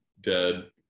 dead